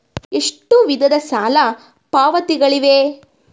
ಎಷ್ಟು ವಿಧದ ಸಾಲ ಪಾವತಿಗಳಿವೆ?